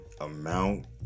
amount